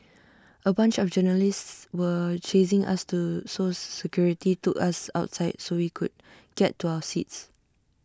A bunch of journalists were chasing us to so security to us outside so we could get to our seats